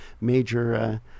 major